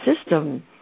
system